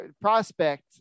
prospect